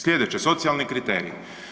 Sljedeće, socijalni kriteriji.